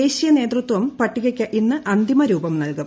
ദേശീയ നേതൃത്വം പട്ടികയ്ക്ക് ഇന്ന് അന്തിമ രൂപം നൽകും